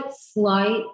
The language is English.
slight